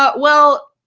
but well,